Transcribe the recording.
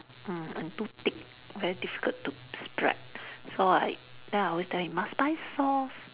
mm and too thick very difficult to spread so I then I always tell him must buy sauce